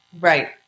Right